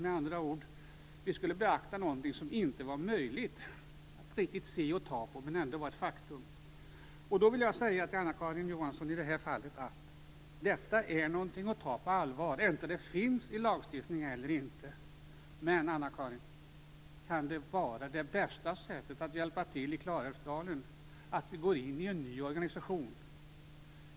Vi skulle med andra ord beakta någonting som inte var möjligt att riktigt se och ta på men ändå var ett faktum. Jag vill då säga till Ann-Kristin Johansson i det här fallet att detta är någonting att ta på allvar, vare sig det finns i lagstiftningen eller inte. Men, Ann Kristin Johansson, att vi går in i en ny organisation - kan det vara det bästa sättet att hjälpa till i Klarälvsdalen?